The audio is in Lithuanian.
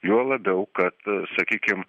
juo labiau kad sakykim